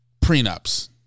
prenups